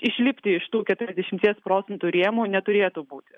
išlipti iš tų keturiasdešimties procentų rėmų neturėtų būti